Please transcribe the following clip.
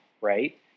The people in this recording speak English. right